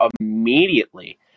immediately